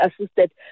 assisted